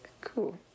cool